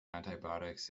antibiotics